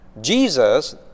Jesus